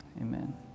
Amen